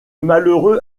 malheureux